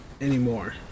anymore